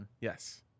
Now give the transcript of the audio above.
Yes